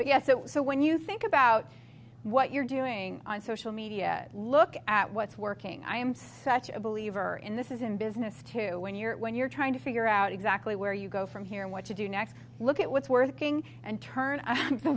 was so when you think about what you're doing on social media look at what's working i am such a believer in this is in business to when you're when you're trying to figure out exactly where you go from here and what to do next look at what's worth going and turn